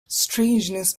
strangeness